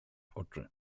oczy